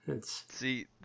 See